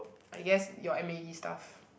I guess your m_a_e stuff